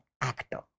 actor